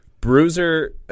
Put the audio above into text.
Bruiser –